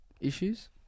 issues